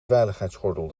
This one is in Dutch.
veiligheidsgordel